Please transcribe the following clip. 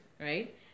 right